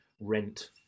rent